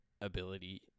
ability